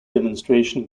demonstration